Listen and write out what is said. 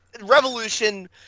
Revolution